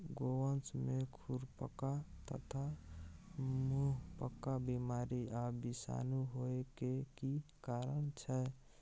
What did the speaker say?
गोवंश में खुरपका तथा मुंहपका बीमारी आ विषाणु होय के की कारण छै?